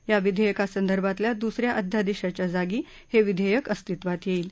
या विधेयकासंदर्भातल्या दुसऱ्या अध्यादेशच्या जागी हे विधेयक अस्तित्वात येईल